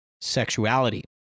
sexuality